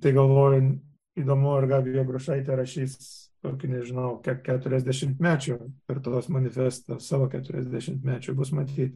tai galvoju įdomu ar gabija grušaitė rašys tokį nežinau ke keturiasdešimtmečio kartos manifestą savo keturiasdešimtmečio bus matyt